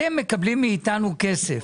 אתם מקבלים מאתנו כסף